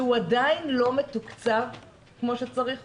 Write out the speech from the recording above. כשהוא עדיין לא מתוקצב כמו שצריך,